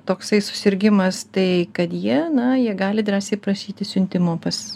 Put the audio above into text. toksai susirgimas tai kad jie na jie gali drąsiai prašyti siuntimo pas